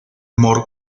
mort